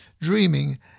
dreaming